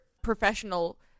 professional